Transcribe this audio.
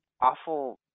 awful